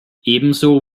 ebenso